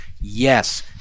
yes